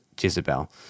Jezebel